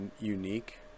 unique